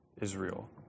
Israel